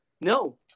No